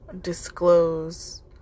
disclose